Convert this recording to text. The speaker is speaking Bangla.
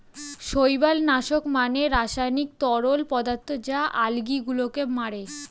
শৈবাল নাশক মানে রাসায়নিক তরল পদার্থ যা আলগী গুলোকে মারে